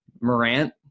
Morant